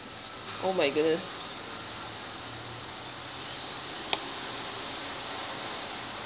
oh my goodness